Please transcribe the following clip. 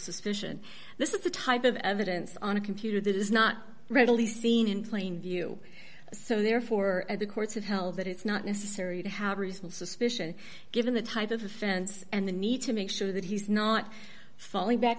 suspicion this is the type of evidence on a computer that is not readily seen in plain view so therefore the courts have held that it's not necessary to how reasonable suspicion given the type of offense and the need to make sure that he's not fully back